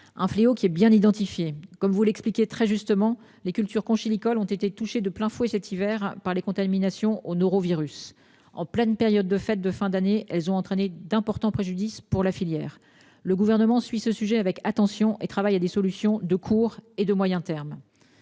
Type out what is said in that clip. Un fléau qui est bien identifié comme vous l'expliquait très justement les cultures conchylicole ont été touchés de plein fouet cet hiver par les contamination au norovirus en pleine période de fêtes de fin d'année. Elles ont entraîné d'importants préjudices pour la filière. Le gouvernement suit ce sujet avec attention et travaille à des solutions de court et de moyen terme.